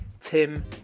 tim